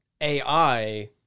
AI